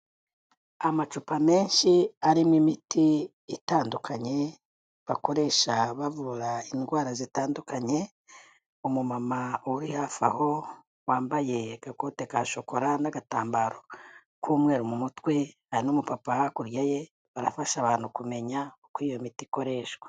Amacupa menshi arimo imiti itandukanye, bakoresha bavu indwara zitandukanye, umumama uri hafi aho wambaye agakote ka shokora, n'agatambaro k'umweru mu mutwe, hari n'umupapa hakurya ye, barafasha abantu kumenya uko iyo miti ikoreshwa.